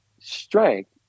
strength